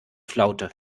flaute